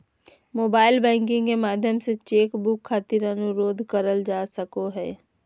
mobile banking के माध्यम से चेक बुक खातिर अनुरोध करल जा सको हय